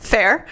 Fair